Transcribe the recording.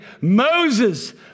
Moses